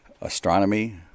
astronomy